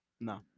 No